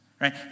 right